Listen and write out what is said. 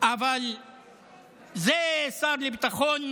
אבל זה השר לביטחון